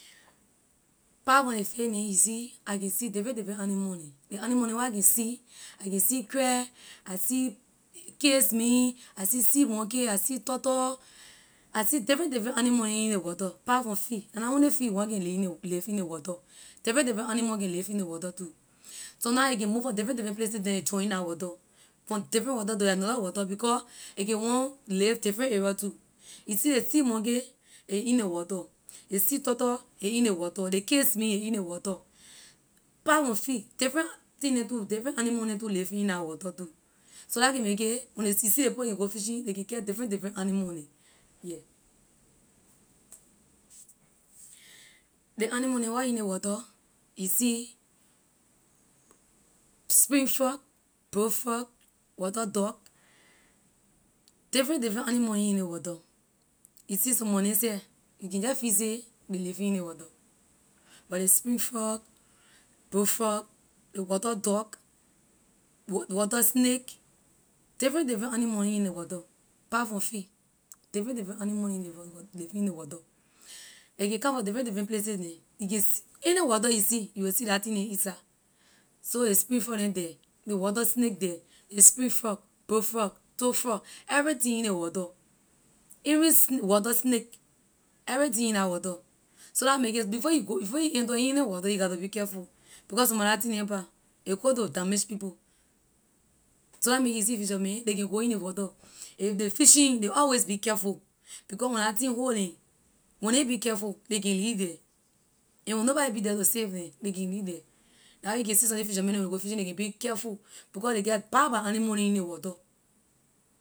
Part from ley fee neh you see I can see different different animal neh ley animal neh where I can see I can see crab I see kiss meat I see sea monkey I see turtle I see different different animal neh in ley water part from fee la na only fee one can lee in ley live in ley water different different animal can live in ley water too sometime a can move from different different places then a jump in la water from different water to another water because a can want live different area too. you see ley sea monkey a in ley water ley sea turtle a in ley water ley kiss meat a in ley water part from fee different thing neh too different animal too neh living in la water too so la a can make it when ley see you see ley people la can go fishing can catch different different animal neh. yeah ley animal neh where in ley water you see spring frog bullfrog water duck different different animal in ley water you see some of neh seh you can jeh feel say ley living in ley water but ley spring frog bullfrog ley water duck ley water snake different different animal in ley water part from fee different different animal neh living in ley water a can come from different different places neh you can se- any water you see you can see la thing neh inside so ley spring frog neh the ley water snake the ley spring frog bullfrog toad frog everything in ley water even sna- water snake everything in la water so la why make it before you go before you enter in any water you got to be careful because some of la thing pah a quick to damage people so la a make it you see fisherman ley can go in ley water if they fishing ley always be careful because when la thing hold neh when neh be careful ley can lee the and when nobody be the to save neh ley can lee the la why you can see some ley fisherman neh when ley go fishing ley can be careful because ley get bad bad animal neh in ley water.